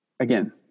again